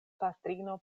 patrino